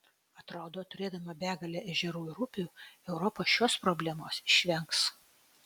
atrodo turėdama begalę ežerų ir upių europa šios problemos išvengs